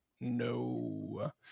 no